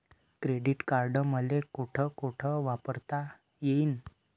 Credit card मले कोठ कोठ वापरता येईन?